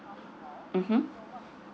mmhmm